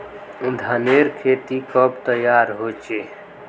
धानेर खेती कब तैयार होचे?